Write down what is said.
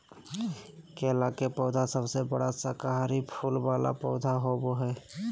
केला के पौधा सबसे बड़ा शाकाहारी फूल वाला पौधा होबा हइ